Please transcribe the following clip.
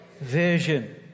Vision